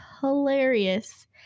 hilarious